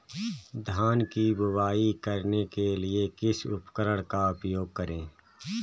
धान की बुवाई करने के लिए किस उपकरण का उपयोग करें?